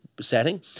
setting